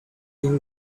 being